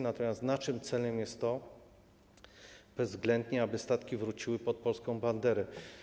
Natomiast naszym celem jest bezwzględnie, aby statki wróciły pod polską banderę.